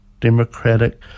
democratic